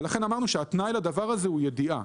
ולכן אמרנו שהתנאי לדבר הזה הוא ידיעה.